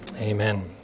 amen